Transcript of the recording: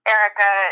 Erica